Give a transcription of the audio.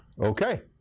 okay